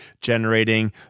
generating